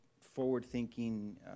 forward-thinking